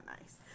nice